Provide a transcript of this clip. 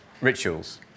rituals